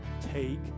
take